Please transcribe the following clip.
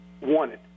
wanted